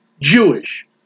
Jewish